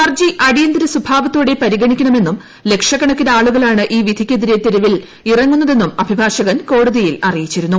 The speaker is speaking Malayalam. ഹർജി അടിയന്തര സ്വഭാവത്തോടെ പരിഗണിക്കണമെന്നും ലക്ഷക്കണക്കിന് ആളുകളാണ് ഈ വിധിക്കെതിരെ തെരിവിൽ ഇറങ്ങുന്നതെന്നും അഭിഭാഷകൻ കോടതിയിൽ അറിയിച്ചിരുന്നു